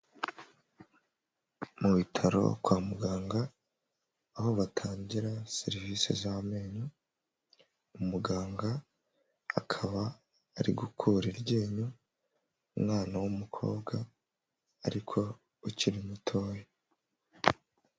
Mu bitaro kwa muganga aho batangira serivisi z'amenyo umuganga akaba ari gukura iryinyo umwana w'umukobwa ariko ukiri muto we.